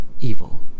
evil